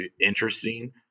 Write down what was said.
interesting